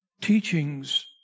teachings